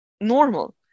normal